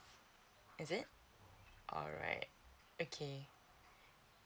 is it alright okay